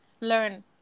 learn